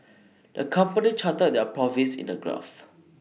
the company charted their profits in the graph